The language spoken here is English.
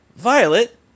Violet